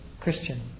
Christian